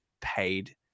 paid